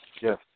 Yes